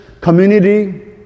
community